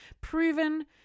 proven